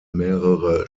mehrere